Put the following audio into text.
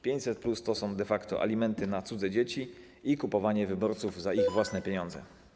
500+ to są de facto alimenty na cudze dzieci i kupowanie wyborców za ich własne pieniądze.